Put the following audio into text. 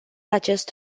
acest